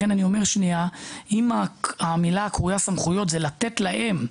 לכן אני אומר שאם המילה "סמכויות" זה לתת להם,